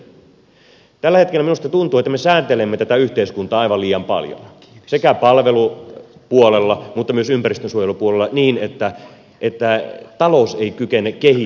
tällä hetkellä minusta tuntuu että me sääntelemme tätä yhteiskuntaa aivan liian paljon sekä palvelupuolella että myös ympäristönsuojelupuolella niin että talous ei kykene kehittymään